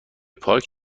پارک